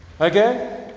Okay